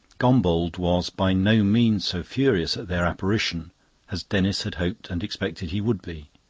gombauld was by no means so furious at their apparition as denis had hoped and expected he would be.